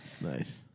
Nice